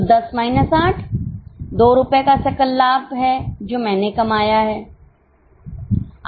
तो १० माइनस 8 २ रूपए का सकल लाभ है जो मैंने कमाया है